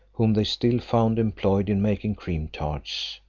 whom they still found employed in making cream tarts,